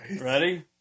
Ready